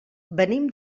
venim